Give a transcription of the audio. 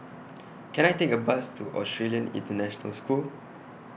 Can I Take A Bus to Australian International School